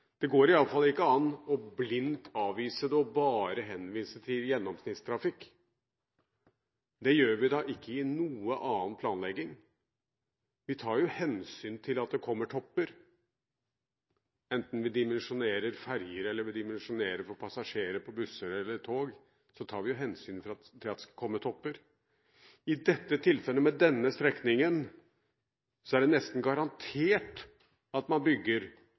Det går iallfall ikke an blindt å avvise det og bare henvise til gjennomsnittstrafikk. Det gjør vi ikke i noen annen planlegging, vi tar jo hensyn til at det kommer topper. Enten vi dimensjonerer for ferjer eller vi dimensjonerer for passasjerer på busser eller tog tar vi hensyn til at det skal komme topper. I dette tilfellet, på denne strekningen, er det nesten garantert at man bygger